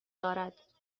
دارد